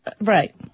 right